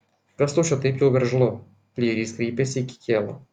kas tau čia taip jau veržlu pleirys kreipėsi į kikėlą